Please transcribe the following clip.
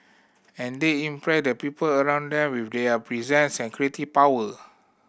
and they impress the people around them with their presence and creative power